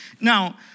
Now